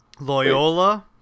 Loyola